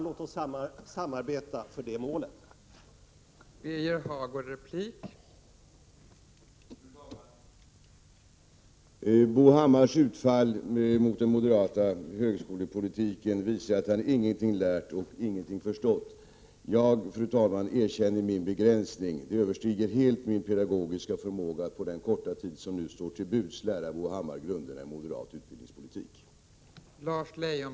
Låt oss samarbeta för att nå det målet, Bo Hammar.